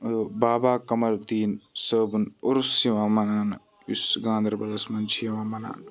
بابا قَمَردیٖن صٲبُن عُرُس یِوان مَناونہٕ یُس گاندَربَلَس مَنٛز چھُ یِوان مَناونہٕ